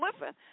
listen